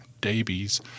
Davies